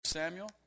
Samuel